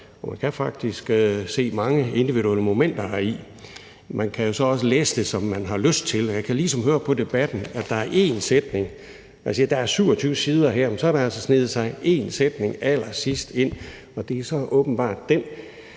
man kan faktisk se mange individuelle momenter heri. Man kan jo så også læse det, som man har lyst til, og jeg kan ligesom høre på debatten, at der er én sætning, der er blevet hovedreglen. Altså, der er 27 sider her, men så har der altså sneget sig én sætning ind allersidst, og det er så åbenbart den,